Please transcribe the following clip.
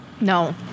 No